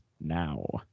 now